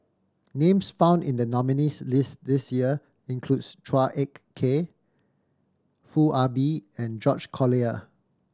names found in the nominees' list this year include Chua Ek Kay Foo Ah Bee and George Collyer